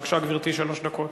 בבקשה, גברתי, שלוש דקות.